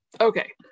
Okay